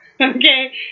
Okay